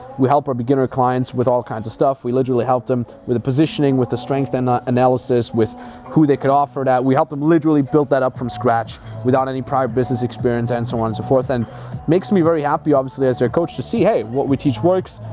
we help our beginner clients with all kinds of stuff, we literally help them with a positioning, with the strength and analysis, with who they could offer that, we help them literally build that up from scratch without any prior business experience and so on and so forth, and makes me very happy obviously as their coach to see hey, what we teach works,